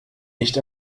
nicht